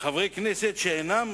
חברי כנסת שאינם